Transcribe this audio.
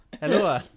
Hello